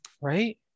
Right